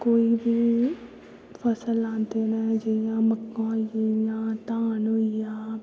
कोई बी फसल लांदे न जियां मक्कां होई गेइयां धान होई गेआ